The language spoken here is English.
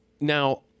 Now